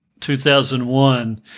2001